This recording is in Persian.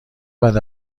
بعد